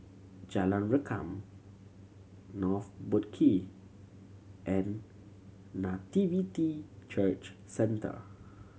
Jalan Rengkam North Boat Quay and Nativity Church Centre